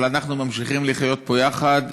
אבל אנחנו ממשיכים לחיות פה יחד,